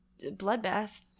Bloodbath